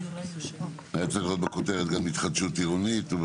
היה צריך להיות בכותרת גם התחדשות עירונית.